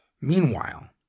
Meanwhile